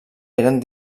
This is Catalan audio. eren